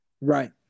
Right